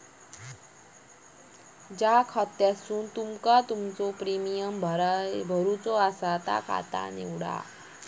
ज्या खात्यासून तुमका तुमचो प्रीमियम भरायचो आसा ता खाता निवडा